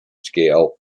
scale